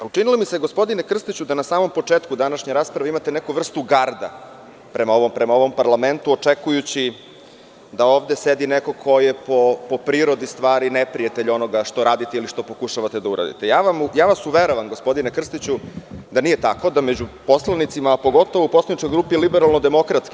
Učinilo mi se, gospodine Krstiću, da na samom početku današnje rasprave imate neku vrstu garda prema ovom parlamentu, očekujući da ovde sedi neko ko je po prirodi stvari neprijatelj onoga što radite ili što pokušavate da uradite, uveravam vas, gospodine Krstiću, da nije tako među poslanicima, pogotovo u poslaničkoj grupi LDP.